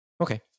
Okay